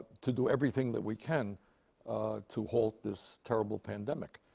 to do everything that we can to halt this terrible pandemic.